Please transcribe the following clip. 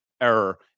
error